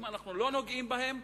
אם אנחנו לא נוגעים בהן,